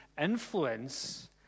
influence